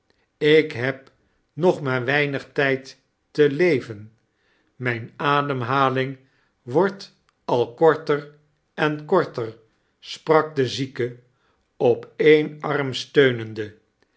ik heb nog maar weinig tijd te leven mijn ademhaling wordt al korter en korter sprak de zieke op een arm steunende